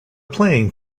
playing